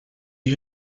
you